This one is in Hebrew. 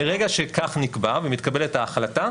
מרגע שכך נקבע ומתקבלת ההחלטה,